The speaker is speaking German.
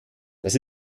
das